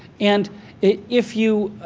and if you.